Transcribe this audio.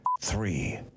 three